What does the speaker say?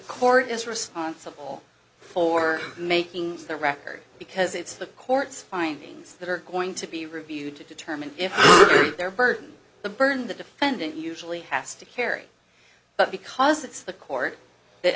court is responsible for making the record because it's the court's findings that are going to be reviewed to determine if there burton the burn the defendant usually has to carry but because it's the court that